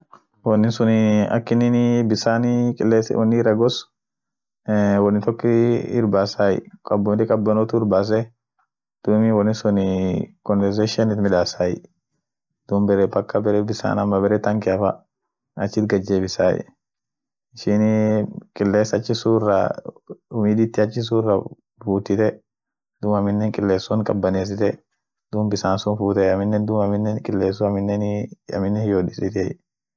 Humidifidern sunii ak in huji midaas, eeh woni galakisai bisaan, bisaanif iyoo kaban kideyo, lakisai kilesiit galakisai malin galakiseet duumi womidaasai won ak virusi aminen wogosa, aninen sisas fa wonsun punguuz, akas huji midaas.